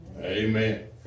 Amen